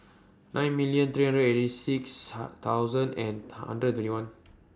nine million three hundred eighty six thousand and hundred and twenty one